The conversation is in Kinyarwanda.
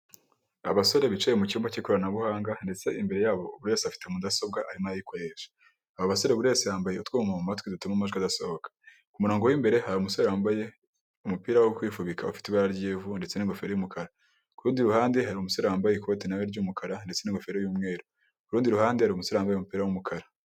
Abasore bicaye mu cyumba cy'ikoranabuhanga, ndetse imbere yabo buri wese afite mudasobwa arimo arayikoresha, abo basore buri wese yambaye utwuma mu matwi dutuma amajwi adasohoka, ku murongo w'imbere hari umusore wambaye umupira wo kwifubika ufite ibara ry'ivu ndetse n'ingofero y'umukara, ku rundi ruhande hari umusore wambaye na we ikoti ry'umukara, ndetse n'ingofero y'umweru, ku rundi ruhande hari umusore wambaye umupira w'umukara.